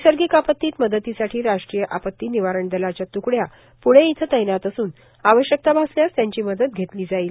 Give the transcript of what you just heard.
नैसर्गिक आपत्तीत मदतीसाठी राष्ट्रीय आपती निवारण दलाच्या त्कड्या प्णे इथं तैनात असून आवश्यकता भासल्यास त्यांची मदत घेतली जाईल